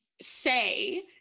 say